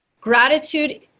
gratitude